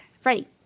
Freddie